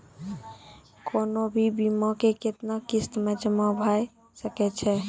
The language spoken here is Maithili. कोनो भी बीमा के कितना किस्त मे जमा भाय सके छै?